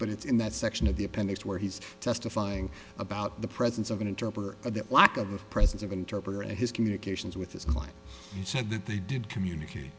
but it's in that section of the appendix where he's testifying about the presence of an interpreter of the lack of the presence of an interpreter and his communications with his client he said that they did communicat